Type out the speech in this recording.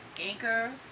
Anchor